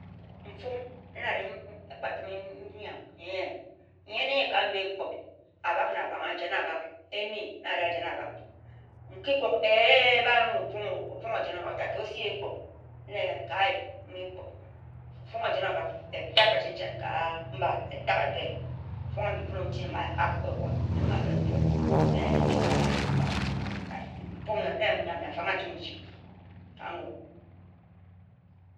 Nfung na ari ekpa-ntime nyam. Nyen-ni enyi ka mba ekpo, abak na abanghe. Ehni na ari-ajena abak nki kuk eeeh, ba-yennun ofung. Ofung ojen-ta-ta ta osi ka ayip ekpo. Wut chen-chen ma ehri ejen na ka mba etaghe. Mbi-fenne otem-njim oruwa, mbi eyene ka-mba, mbi na ebinghe se mfung, mfung na affanghe-a-ching oyiam chen-chen ka ngun.